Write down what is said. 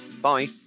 Bye